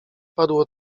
padło